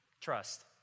Trust